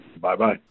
Bye-bye